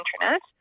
internet